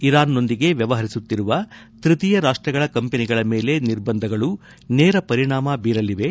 ಇರಾನ್ನೊಂದಿಗೆ ವ್ಲವಪರಿಸುತ್ತಿರುವ ತೃತೀಯ ರಾಷ್ಲಗಳ ಕಂಪನಿಗಳ ಮೇಲೆ ನಿರ್ಬಂಧಗಳು ನೇರ ಪರಿಣಾಮ ಬೀರಲಿವೆ